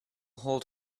hold